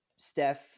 Steph